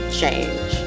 change